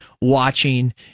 watching